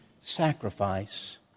sacrifice